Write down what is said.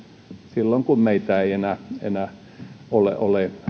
silloin kun meitä ei enää enää ole ole